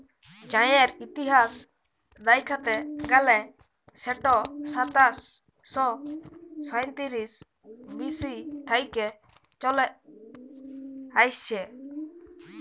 চাঁয়ের ইতিহাস দ্যাইখতে গ্যালে সেট সাতাশ শ সাঁইতিরিশ বি.সি থ্যাইকে চলে আইসছে